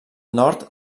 nord